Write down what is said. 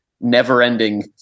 never-ending